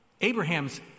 Abraham's